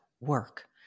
work